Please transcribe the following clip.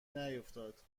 نیفتاد